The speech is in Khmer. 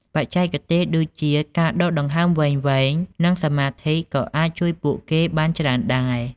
បច្ចេកទេសដូចជាការដកដង្ហើមវែងៗ និងសមាធិក៏អាចជួយពួកគេបានច្រើនដែរ។